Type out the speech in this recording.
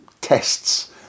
tests